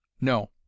No